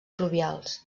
pluvials